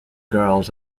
girls